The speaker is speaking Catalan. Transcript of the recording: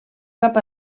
cap